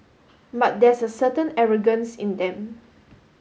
but there's a certain arrogance in them